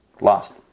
lost